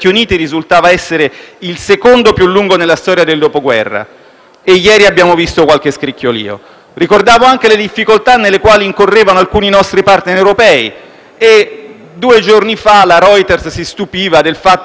e ieri abbiamo visto qualche scricchiolio; ricordavo anche le difficoltà nelle quali incorrevano alcuni nostri *partner* europei, e due giorni fa l'agenzia Reuters si stupiva del fatto che l'economia tedesca inanelli un crollo della produzione dietro l'altro.